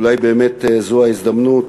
אולי באמת זו ההזדמנות